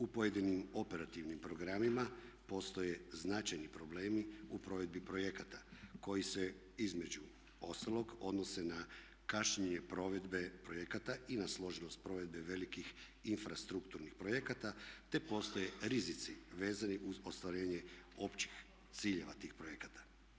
U pojedinim operativnim programima postoje značajni problemi u provedbi projekata koji se između ostalog odnose na kašnjenje provedbe projekata i na složenost provedbe velikih infrastrukturnih projekata, te postoje rizici vezani uz ostvarenje općih ciljeva tih projekata.